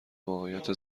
واقعیت